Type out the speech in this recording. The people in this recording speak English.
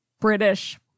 British